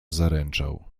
zaręczał